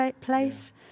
place